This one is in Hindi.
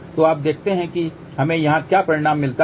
तो हम देखते हैं कि हमें यहां क्या परिणाम मिलता है